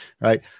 right